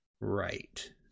Right